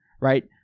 Right